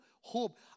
hope